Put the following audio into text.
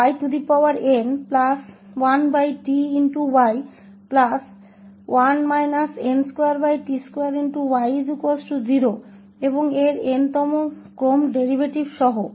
और वे साधारण अंतर समीकरण यहां दिए गए हैं जिनमें इस y का nth क्रम डेरीवेटिव y1tyy0 है